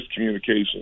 miscommunication